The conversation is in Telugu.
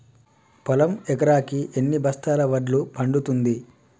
పొలం ఎకరాకి ఎన్ని బస్తాల వడ్లు పండుతుంది?